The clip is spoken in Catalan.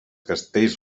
castells